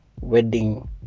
wedding